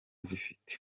zifite